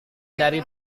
dari